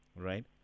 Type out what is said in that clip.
right